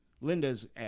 Linda's